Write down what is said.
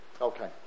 Okay